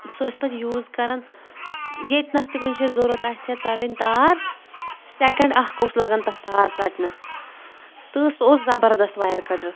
سُہ ٲسۍ پَتہٕ یوٗز کَران ییٚتہِ نَس تہِ کُنہِ شایہِ ضروٗرت آسہِ ہا ژَٹٕنۍ تار سیٚکنٛڈ اکھ اوس لَگان تَتھ تار ژَٹنَس تہٕ سُہ اوس زبردست وایر کَٹر